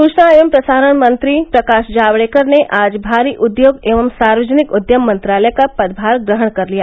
सूचना एवं प्रसारण मंत्री प्रकाश जावड़ेकर ने आज भारी उद्योग एवं सार्वजनिक उद्यम मंत्रालय का पदभार ग्रहण कर लिया